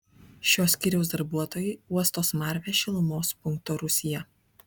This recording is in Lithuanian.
šio skyriaus darbuotojai uosto smarvę šilumos punkto rūsyje